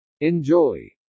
Enjoy